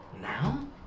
Now